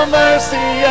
mercy